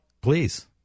Please